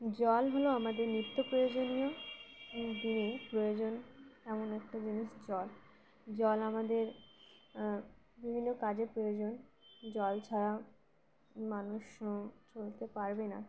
জল হলো আমাদের নিত্য প্রয়োজনীয় দিনেই প্রয়োজন এমন একটা জিনিস জল জল আমাদের বিভিন্ন কাজে প্রয়োজন জল ছাড়া মানুষ চলতে পারবে না